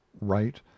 right